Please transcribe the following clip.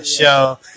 show